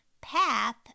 path